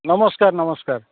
ନମସ୍କାର ନମସ୍କାର